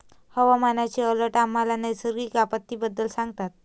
हवामानाचे अलर्ट आम्हाला नैसर्गिक आपत्तींबद्दल सांगतात